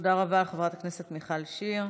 תודה רבה, חברת הכנסת מיכל שיר.